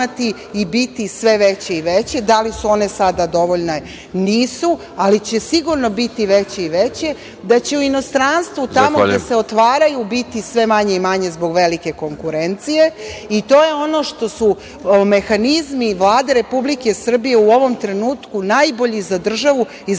i biti sve veće i veće. Da li su one sada dovoljne, nisu, ali će sigurno biti veće i veće. Da će u inostranstvu, tamo gde se otvaraju biti sve manje i manje zbog velike konkurencije i to je ono što su mehanizmi Vlade Republike Srbije u ovom trenutku najbolji za državu i za